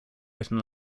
written